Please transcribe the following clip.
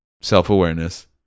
self-awareness